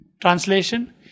Translation